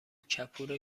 کپور